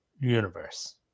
universe